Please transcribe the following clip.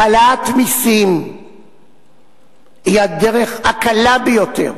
העלאת מסים היא הדרך הקלה ביותר